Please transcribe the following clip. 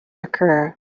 occur